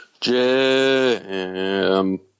Jam